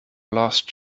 lost